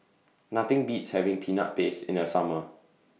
Nothing Beats having Peanut Paste in The Summer